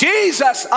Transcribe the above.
Jesus